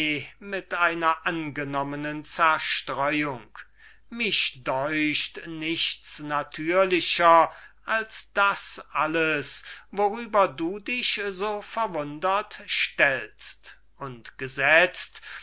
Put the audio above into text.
mit einer angenommenen zerstreuung mich deucht nichts natürlichers als alles worüber du dich so verwundert stellst und gesetzt